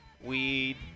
weed